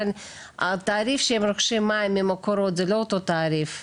אבל התעריף שהם רוכשים מים ממקורות זה לא אותו תעריף,